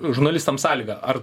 žurnalistam sąlygą ar